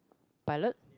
pilot